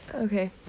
Okay